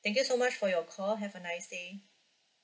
thank you so much for your call have a nice day